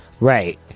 Right